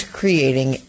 creating